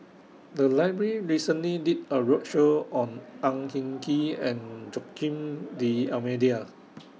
The Library recently did A roadshow on Ang Hin Kee and Joaquim D'almeida